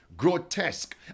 grotesque